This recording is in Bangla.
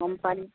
কোম্পানি